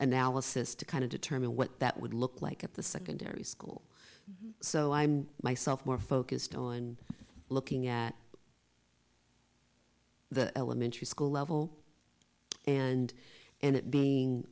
analysis to kind of determine what that would look like at the secondary school so i'm myself more focused on looking at the elementary school level and and it being